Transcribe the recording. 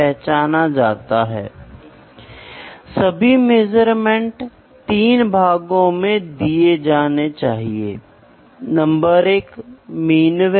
क्योंकि अगले चरण में ये भाग मिलने के लिए जा रहे हैं और आप एक असेंबली बनाते हैं